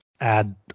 add